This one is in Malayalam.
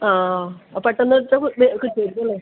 ആ പെട്ടെന്ന് അടച്ചാൽ കിട്ടുമായിരിക്കും അല്ലേ